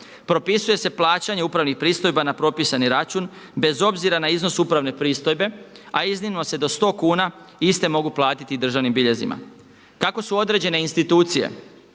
Propisuje se plaćanje upravnih pristojba na propisani račun bez obzira na iznos upravne pristojbe, a iznimno se do 100 kuna iste mogu platiti državnim biljezima. Kako su određene institucije